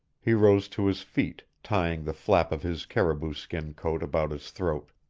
he rose to his feet, tying the flap of his caribou skin coat about his throat.